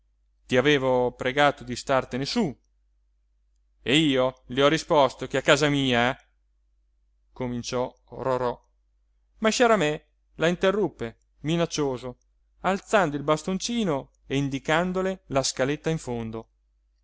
ti avevo pregata di startene su e io le ho risposto che a casa mia cominciò rorò ma sciaramè la interruppe minaccioso alzando il bastoncino e indicandole la scaletta in fondo